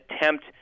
attempt